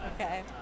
Okay